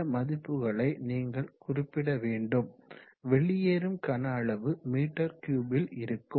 இந்த மதிப்புகளை நீங்கள் குறிப்பிட வேண்டும் வெளியேறும் கன அளவு மீட்டர் கியூப்பில் இருக்கும்